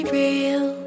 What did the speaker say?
real